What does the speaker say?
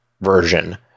version